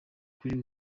kuri